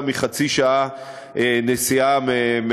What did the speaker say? נמצאים במרחק של יותר מחצי שעה נסיעה מהיישוב.